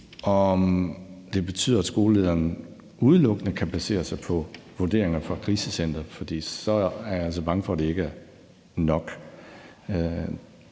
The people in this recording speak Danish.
om det betyder, at skolelederen udelukkende kan basere sig på vurderinger fra krisecenteret. For så er jeg altså bange for, at det ikke er nok; der